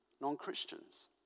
non-Christians